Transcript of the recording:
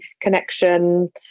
connection